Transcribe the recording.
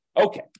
Okay